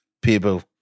people